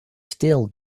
still